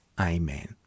Amen